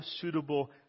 suitable